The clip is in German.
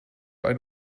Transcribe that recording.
eine